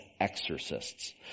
exorcists